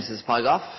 Sidan